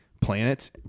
planets